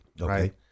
right